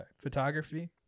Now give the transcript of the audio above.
photography